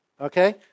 okay